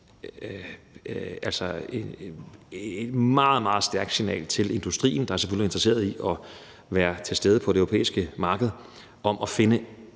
nu et meget, meget stærkt signal til industrien, der selvfølgelig er interesseret i at være til stede på det europæiske marked, om at finde